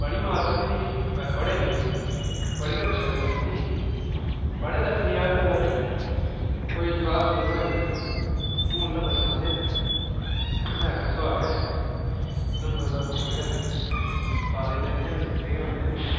बड़ी मार खाद्धी दी पर पढ़े नेईं बड़ी गै बशर्मी कीती पढ़े दसमीं ञारमीं पर कोई खास नेईं पढ़ोई हून ते पछतांदे न तुसें अग्गैं सुआल गै उधमपुर दा गै पुच्छी उड़ेआ कालेज दे इयां बी चेते गै औंदे न